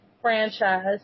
franchise